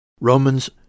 Romans